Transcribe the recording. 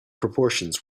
proportions